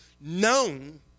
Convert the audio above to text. known